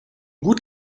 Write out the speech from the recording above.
gut